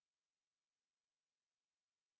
I think the mic is stop working a place